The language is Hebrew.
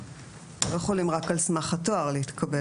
הם לא יכולים רק על סמך התואר להתקבל.